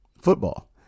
football